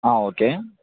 okay